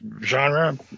genre